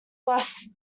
less